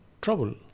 trouble